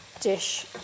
dish